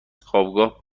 خوابگاه